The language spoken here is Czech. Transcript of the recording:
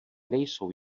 nejsou